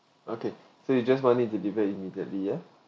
okay so you just want it delivery immediately